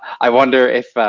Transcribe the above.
i wonder if,